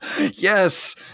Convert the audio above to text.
Yes